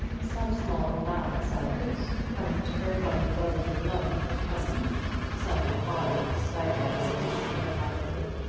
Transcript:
some small allowance out of it, coming to her from the brotherly love of her cousin some moderate stipend sufficient for her livelihood,